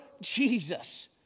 Jesus